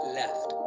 left